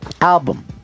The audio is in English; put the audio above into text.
Album